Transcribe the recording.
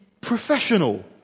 professional